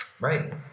Right